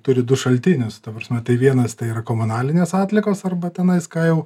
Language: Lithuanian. turi du šaltinius ta prasme tai vienas tai yra komunalinės atliekos arba tenais ką jau